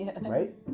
right